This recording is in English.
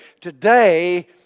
today